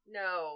no